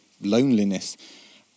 loneliness